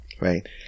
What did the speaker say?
right